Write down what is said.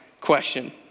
question